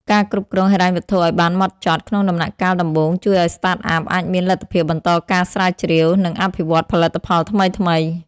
ការគ្រប់គ្រងហិរញ្ញវត្ថុឱ្យបានម៉ត់ចត់ក្នុងដំណាក់កាលដំបូង ជួយឱ្យ Startup អាចមានលទ្ធភាពបន្តការស្រាវជ្រាវ និងអភិវឌ្ឍន៍ផលិតផលថ្មីៗ។